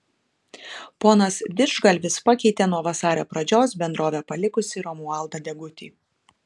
ponas didžgalvis pakeitė nuo vasario pradžios bendrovę palikusį romualdą degutį